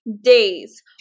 days